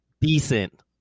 decent